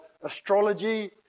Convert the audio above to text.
astrology